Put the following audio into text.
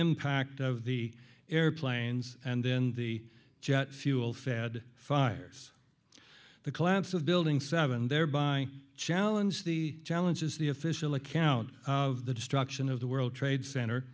impact of the airplanes and in the jet fuel fed fires the collapse of building seven thereby challenge the challenges the official account of the destruction of the world trade cent